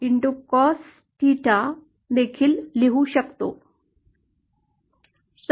Cos theta देखील लिहू शकतो